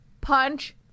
punch